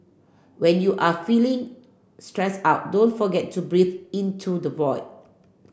when you are feeling stressed out don't forget to breathe into the void